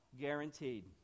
guaranteed